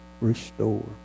Restore